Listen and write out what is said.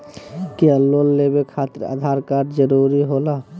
क्या लोन लेवे खातिर आधार कार्ड जरूरी होला?